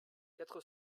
quatre